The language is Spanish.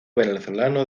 venezolano